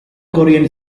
korean